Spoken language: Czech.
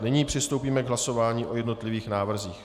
Nyní přistoupíme k hlasování o jednotlivých návrzích.